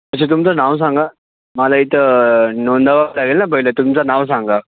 अच्छा तुमचं नाव सांगा मला इथे नोंदावं लागेल ना पहिले तुमचं नाव सांगा